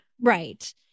Right